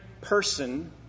person